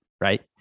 right